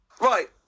Right